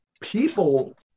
people